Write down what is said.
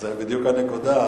זו בדיוק הנקודה.